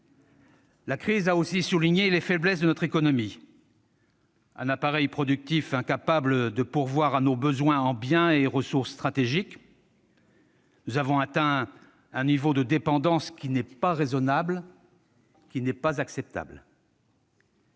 La crise a aussi souligné les faiblesses de notre économie, avec un appareil productif incapable de pourvoir à nos besoins en biens et ressources stratégiques. Nous avons atteint un niveau de dépendance qui n'est pas raisonnable, qui n'est pas acceptable.